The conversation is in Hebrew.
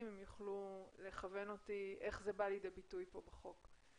אם יוכלו לכוון אותי איך זה בא לידי ביטוי כאן בחוק.